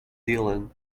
dylan